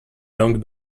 long